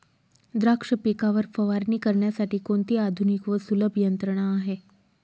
द्राक्ष पिकावर फवारणी करण्यासाठी कोणती आधुनिक व सुलभ यंत्रणा आहे?